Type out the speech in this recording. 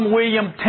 William